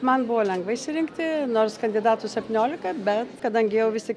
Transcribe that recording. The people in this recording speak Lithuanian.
man buvo lengva išsirinkti nors kandidatų septyniolika bet kadangi jau vis tik